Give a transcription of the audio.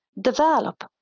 develop